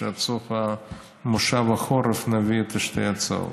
שעד סוף כנס החורף נביא את שתי ההצעות.